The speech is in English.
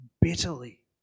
bitterly